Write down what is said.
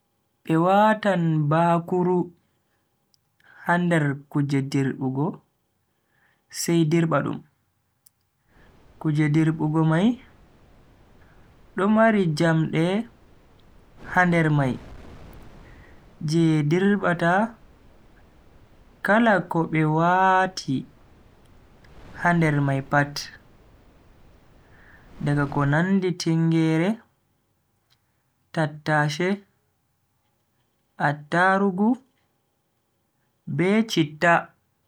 Be watan bakuru ha nder kuje dirbugo sai dirba dum. kuje dirbugo mai do mari jamde ha nder mai je dirbata kala ko be wati ha nder mai pat. daga ko nandi tingeere tattashe attarugo be citta.